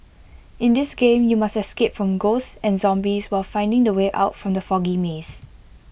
in this game you must escape from ghosts and zombies while finding the way out from the foggy maze